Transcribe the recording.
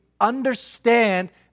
understand